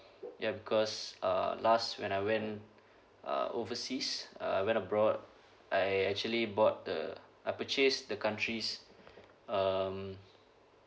ya because uh last when I went uh overseas uh I went abroad I actually bought the I purchase the countries um